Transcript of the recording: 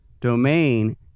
domain